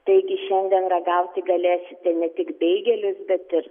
taigi šiandien ragauti galėsite ne tik beigelius bet ir